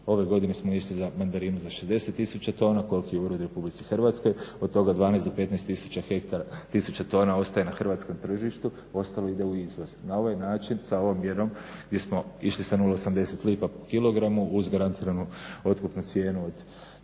Ove godine smo izvezli mandarina za 60 tisuća tona, koliki urod je u Republici Hrvatskoj, od toga 12 do 15 tisuća hektara tisuća tona ostaje na hrvatskom tržištu, ostalo ide u izvoz. Na ovaj način sa ovom mjerom gdje smo išli sa 0,80 lipa po kilogramu uz garantiranu otkupnu cijenu od 3